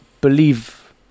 believe